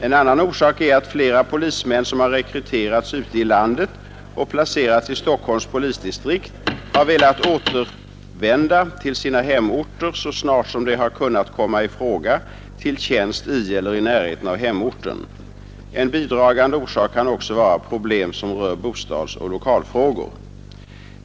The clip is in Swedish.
En annan orsak är att flera polismän som har rekryterats ute i landet och placerats i Stockholms polisdistrikt har velat återvända till sina hemorter så snart som de har kunnat komma i fråga till tjänst i eller i närheten av hemorten. En bidragande orsak kan också vara problem som rör bostadsoch lokalfrågor.